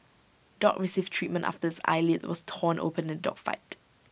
dog receives treatment after its eyelid was torn open the dog fight